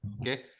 Okay